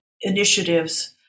initiatives